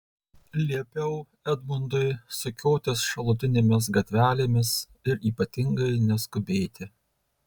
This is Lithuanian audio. liepiau edmundui sukiotis šalutinėmis gatvelėmis ir ypatingai neskubėti